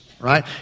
Right